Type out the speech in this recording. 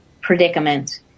predicament